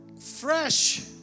fresh